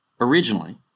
originally